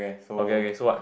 okay okay so what